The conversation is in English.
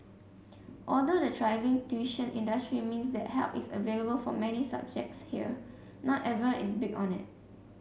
although the thriving tuition industry means that help is available for many subjects here not everyone is big on it